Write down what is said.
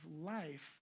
life